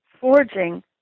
forging